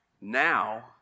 now